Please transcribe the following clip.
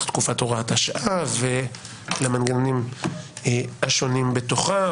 תקופת הוראת השעה ולמנגנונים השונים בתוכה.